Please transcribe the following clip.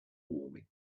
warming